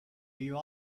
grew